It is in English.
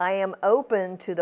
i am open to the